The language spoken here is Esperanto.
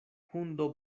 hundo